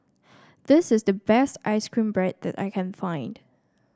this is the best ice cream bread that I can find